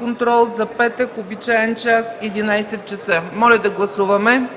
контрол – за петък, в обичайния час – 11,00. Моля да гласуваме.